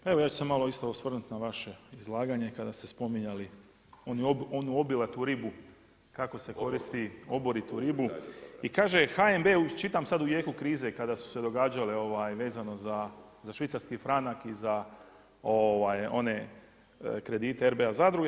Pa evo, ja ću se malo isto osvrnuti na vaše izlaganje kada ste spominjali onu obilatu ribu kako se koristi, oboritu ribu i kaže HNB čitam sad u jeku krize kada su se događale vezano za švicarski franak i za one kredite RBA zadruge.